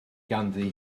ganddi